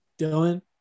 Dylan